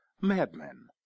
Madmen